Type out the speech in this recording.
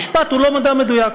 משפט הוא לא מדע מדויק.